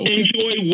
enjoy